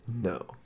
no